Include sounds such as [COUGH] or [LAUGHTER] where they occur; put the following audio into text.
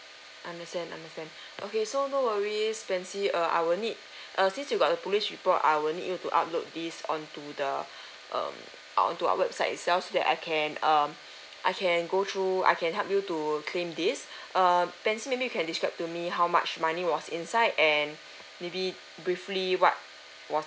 understand understand okay so no worries pansy uh I will need uh since you got a police report I will need you to upload this onto the [BREATH] um uh onto our website itself so that I can um I can go through I can help you to claim this err pansy maybe you can describe to me how much money was inside and maybe briefly what was